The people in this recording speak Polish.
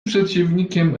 przeciwnikiem